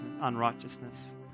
unrighteousness